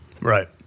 Right